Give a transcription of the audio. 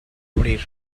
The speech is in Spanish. abrir